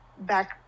back